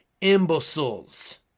imbeciles